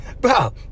Bro